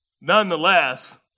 Nonetheless